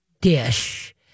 dish